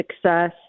success